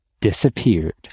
disappeared